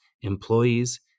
employees